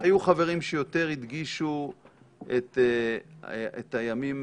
היו חברים שיותר הדגישו את הימים